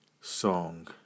song